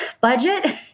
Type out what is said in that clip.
budget